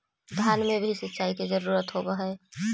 धान मे भी सिंचाई के जरूरत होब्हय?